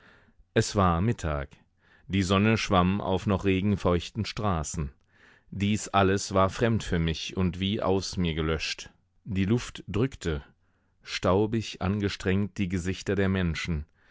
es war mittag die sonne schwamm auf noch regenfeuchten straßen dies alles war fremd für mich und wie aus mir gelöscht die luft drückte staubig angestrengt die gesichter der menschen